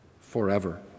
forever